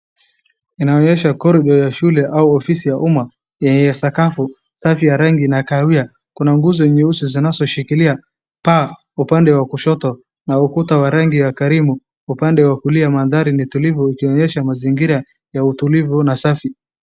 Inaonyesha corridor ya shule au ofisi ya umma yenye sakafu safi rangi nakawia . Kuna nguzo nyeusi zinazoshikilia paa upande wa kushota na ukuta wa rangi wa karibu na upande wa kulia mandhari ni utulivu ikionyesha mazingira ya utulivu na safi.